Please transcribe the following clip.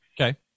Okay